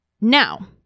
Now